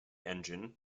engine